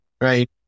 Right